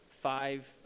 five